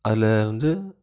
அதில் வந்து